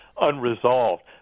unresolved